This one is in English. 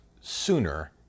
sooner